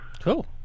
Cool